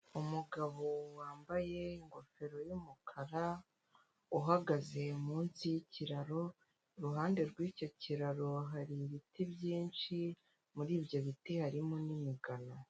Umugabo wambaye ingofero y'umukara uhagaze munsi y'ikiraro iruhande rw'icyo kiraro hari ibiti byinshi muri ibyo biti harimo n'imigano.